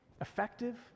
effective